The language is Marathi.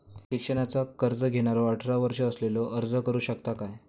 शिक्षणाचा कर्ज घेणारो अठरा वर्ष असलेलो अर्ज करू शकता काय?